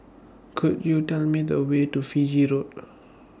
Could YOU Tell Me The Way to Fiji Road